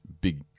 big